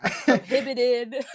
prohibited